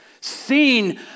seen